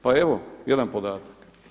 Pa evo jedan podatak.